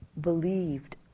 believed